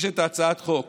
יש הצעת חוק